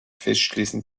festschließen